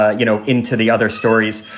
ah you know, into the other stories.